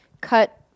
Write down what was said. cut